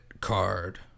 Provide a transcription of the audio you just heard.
card